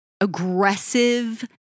aggressive